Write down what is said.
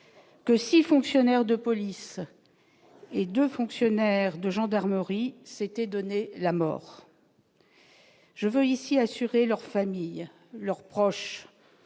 que 6 fonctionnaires de police et 2 fonctionnaires de gendarmerie s'était donné la mort, je veux ici assurer leurs familles, leurs proches,